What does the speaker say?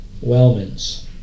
Wellmans